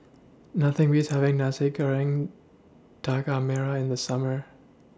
Nothing Beats having Nasi Goreng Daging Merah in The Summer